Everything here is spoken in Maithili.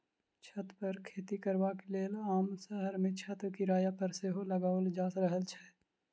छत पर खेती करबाक लेल आब शहर मे छत किराया पर सेहो लगाओल जा रहल छै